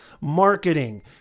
marketing